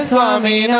Swami